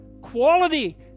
quality